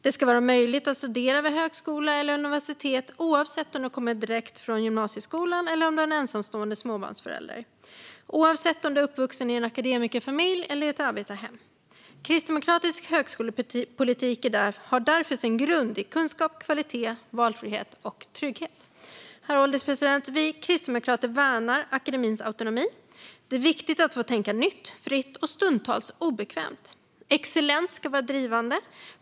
Det ska vara möjligt att studera vid högskola eller universitet oavsett om du kommer direkt från gymnasieskolan eller om du är en ensamstående småbarnsförälder, och oavsett om du är uppvuxen i en akademikerfamilj eller i ett arbetarhem. Kristdemokratisk högskolepolitik har därför sin grund i kunskap, kvalitet, valfrihet och trygghet. Herr ålderspresident! Vi kristdemokrater värnar akademins autonomi. Det är viktigt att få tänka nytt, fritt och stundtals obekvämt. Excellens ska vara drivande.